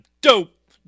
dope